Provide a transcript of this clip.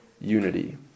unity